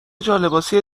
جالباسی